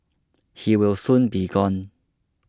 he will soon be gone